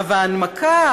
עכשיו ההנמקה: